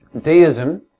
Deism